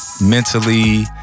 mentally